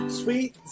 sweet